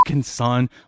son